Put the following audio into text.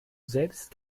selbst